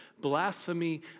blasphemy